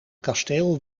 kasteel